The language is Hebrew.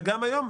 וגם היום.